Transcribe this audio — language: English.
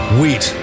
Wheat